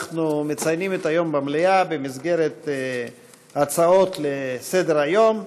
אנחנו מציינים את היום במליאה במסגרת הצעות לסדר-היום,